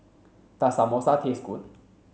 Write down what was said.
does Samosa taste good